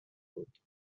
بود